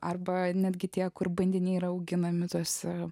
arba netgi tie kur bandiniai yra auginami tose